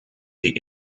die